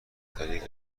طریق